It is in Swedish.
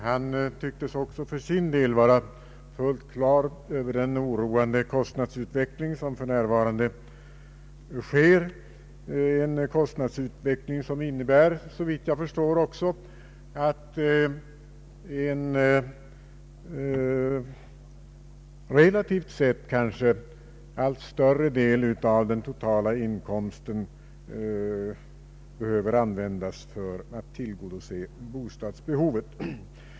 Han tycktes också vara medveten om den oroande kostnadsutveckling som för närvarande sker och som innebär, såvitt jag förstår, att en relativt sett allt större del av den totala inkomsten behöver användas för att tillgodose bostadsbehovet.